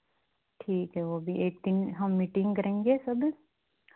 ठीक है वह भी एक दिन हम मीटिंग करेंगे सब